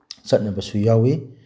ꯆꯠꯅꯕꯁꯨ ꯌꯥꯎꯋꯤ